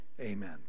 Amen